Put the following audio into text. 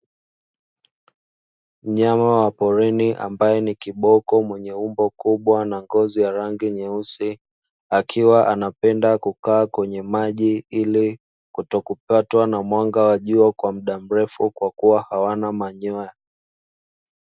Mnyama wa porini ambaye ni kiboko, mwenye umbo kubwa na ngozi ya rangi nyeusi, akiwa anapenda kukaa kwenye maji, ili kutokupatwa na mwanga wa jua kwa muda mrefu kwa kuwa hawana manyoya.